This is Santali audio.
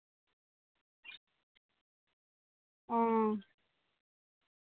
ᱚᱻ